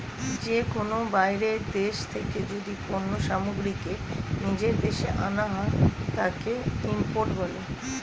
যে কোনো বাইরের দেশ থেকে যদি পণ্য সামগ্রীকে নিজের দেশে আনা হয়, তাকে ইম্পোর্ট বলে